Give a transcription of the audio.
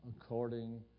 according